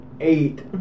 Eight